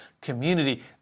community